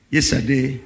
Yesterday